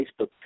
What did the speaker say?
Facebook